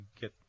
get